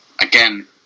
again